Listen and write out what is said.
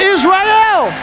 Israel